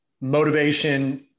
Motivation